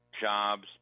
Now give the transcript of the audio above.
jobs